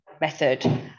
method